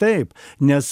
taip nes